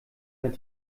mehr